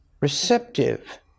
receptive